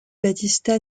battista